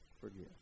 forgive